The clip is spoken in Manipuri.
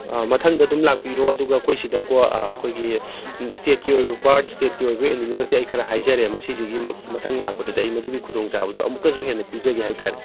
ꯑꯥ ꯃꯊꯪꯗ ꯑꯗꯨꯝ ꯂꯥꯛꯄꯤꯔꯣ ꯑꯗꯨꯒ ꯑꯩꯈꯣꯏ ꯁꯤꯗꯀꯣ ꯑꯩꯈꯣꯏꯒꯤꯎꯃ ꯏꯁꯇꯦꯠꯀꯤ ꯑꯣꯏꯕ ꯕꯥꯔꯗ ꯏꯁꯇꯦꯠꯀꯤ ꯑꯣꯏꯕ ꯑꯦꯅꯤꯃꯦꯜꯁꯤ ꯑꯩ ꯈꯔ ꯍꯥꯏꯖꯔꯦ ꯃꯁꯤꯁꯤꯒꯤ ꯃꯊꯪ ꯂꯥꯛꯄꯗꯗꯤ ꯑꯩ ꯃꯗꯨꯒꯤ ꯈꯨꯗꯣꯡ ꯆꯥꯕꯗꯣ ꯑꯃꯨꯛꯀꯁꯨ ꯍꯦꯟꯅ ꯄꯤꯖꯒꯦ ꯍꯥꯏꯇꯔꯦ